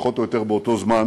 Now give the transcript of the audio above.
פחות או יותר באותו זמן,